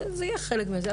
זה יהיה חלק מזה,